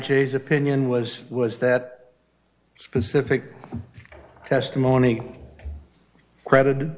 s opinion was was that specific testimony credited